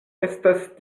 estas